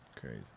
Crazy